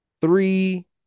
Three